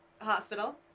Hospital